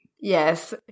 Yes